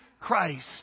Christ